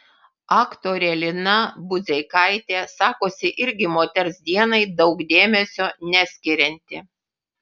aktorė lina budzeikaitė sakosi irgi moters dienai daug dėmesio neskirianti